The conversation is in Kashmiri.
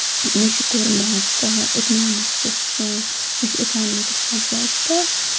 مےٚ چھُ کوٚرمُت اِکنامِکسس مےٚ چھُ اِکانِمِکس سَبجکٹ